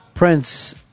Prince